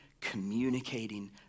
communicating